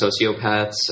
sociopaths